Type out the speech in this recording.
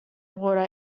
water